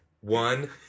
One